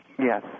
Yes